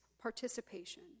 participation